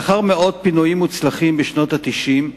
לאחר מאות פינויים מוצלחים בשנות ה-90,